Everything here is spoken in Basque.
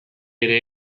ere